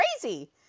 crazy